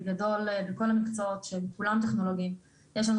בכל המקצועות שהם כולם טכנולוגיים יש לנו